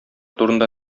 турында